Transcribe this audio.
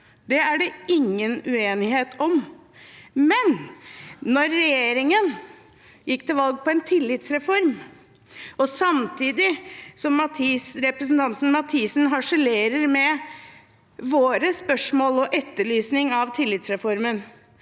Det er det ingen uenighet om. Men når regjeringen gikk til valg på en tillitsreform og representanten Mathisen samtidig harselerer med våre spørsmål om og etterlysning av tillitsreformen,